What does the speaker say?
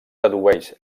dedueix